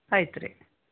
ಆಯ್ತು ರೀ